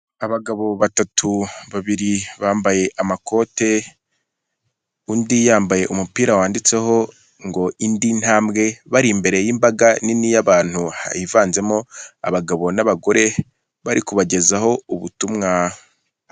Abagabo batatu babiri bambaye amakote, undi yambaye umupira wanditseho ngo indi ntambwe, bari imbere y'imbaga nini y'abantu hivanzemo abagabo n'abagore, bari kubagezaho ubutumwa.